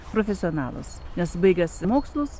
profesionalas nes baigęs mokslus